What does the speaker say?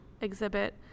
exhibit